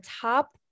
top